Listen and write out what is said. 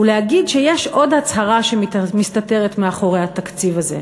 ולהגיד שיש עוד הצהרה שמסתתרת מאחורי התקציב הזה,